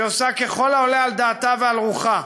שהיא עושה ככל העולה על דעתה ועל רוחה,